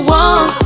one